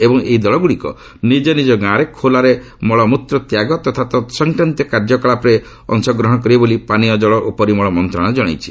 ଏବଂ ଏହି ଦଳଗୁଡ଼ିକ ନିଜ ନିଜ ଗାଁରେ ଖୋଲାରେ ମଳମୁତ୍ର ତ୍ୟାଗ ତଥା ତତ୍ସଂକ୍ରାନ୍ତୀୟ କାର୍ଯ୍ୟକଳାପରେ ଅଶଗ୍ରହଣ କରିବେ ବୋଲି ପାନୀୟ ଜଳ ଓ ପରିମଳ ମନ୍ତ୍ରଶାଳୟ କଣାଇଛି